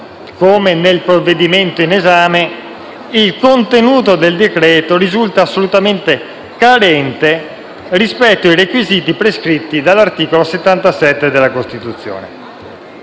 come nel provvedimento in esame, il contenuto del decreto-legge risulta assolutamente carente rispetto ai requisiti prescritti dall'articolo 77 della Costituzione.